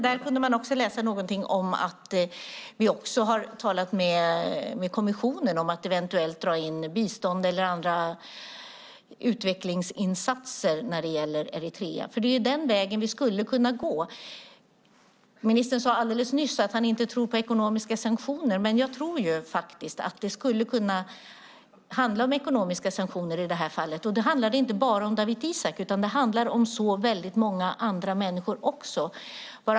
Där kunde man även läsa någonting om att vi också har talat med kommissionen om att eventuellt dra in bistånd eller andra utvecklingsinsatser när det gäller Eritrea. Det är den vägen vi skulle kunna gå. Ministern sade i föregående interpellationsdebatt att han inte tror på ekonomiska sanktioner. Men jag tror faktiskt att det skulle kunna handla om ekonomiska sanktioner i detta fall. Då handlar det inte bara om Dawit Isaak, utan det handlar om så många andra människor också.